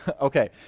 Okay